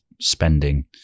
spending